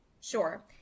Sure